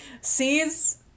sees